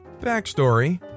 Backstory